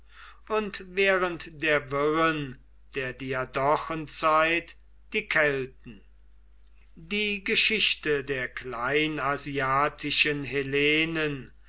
und während der wirren der diadochenzeit die kelten die geschichte der kleinasiatischen hellenen